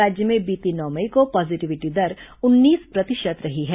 राज्य में बीती नौ मई को पॉजिटिविटी दर उन्नीस प्रतिशत रही है